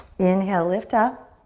inhale, lift up.